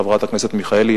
חברת הכנסת מיכאלי.